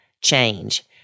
change